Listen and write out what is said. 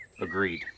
Agreed